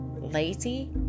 lazy